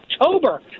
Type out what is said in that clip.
October